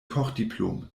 kochdiplom